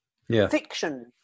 Fiction